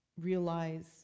realize